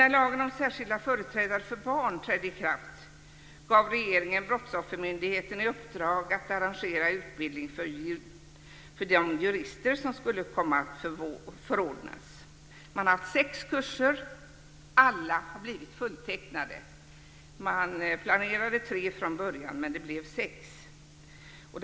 När lagen om särskilda företrädare för barn trädde i kraft gav regeringen Brottsoffermyndigheten i uppdrag att arrangera utbildning för de jurister som skulle komma att förordnas. Man har haft sex kurser. Alla har blivit fulltecknade. Man planerade tre från början, men det blev alltså sex.